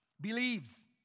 Believes